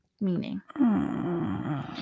Meaning